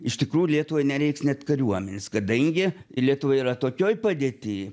iš tikrųjų lietuvai nereiks net kariuomenės kadangi lietuva yra tokioj padėty